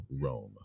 Rome